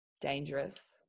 dangerous